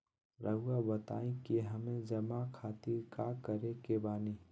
रहुआ बताइं कि हमें जमा खातिर का करे के बानी?